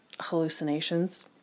hallucinations